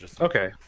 Okay